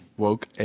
Woke